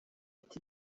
ati